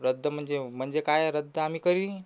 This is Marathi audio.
रद्द म्हणजे म्हणजे काय रद्द आम्ही करीन